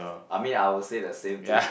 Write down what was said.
I mean I will say the same too